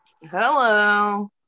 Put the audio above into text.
Hello